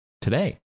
today